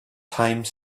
time